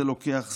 זה לוקח זמן,